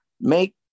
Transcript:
make